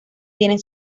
tienen